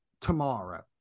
tomorrow